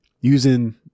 using